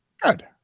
good